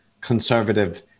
conservative